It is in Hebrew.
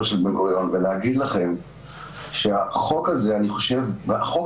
של בן-גוריון ולהגיד לכם שהחוק הזה והמערך